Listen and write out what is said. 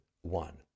one